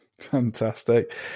Fantastic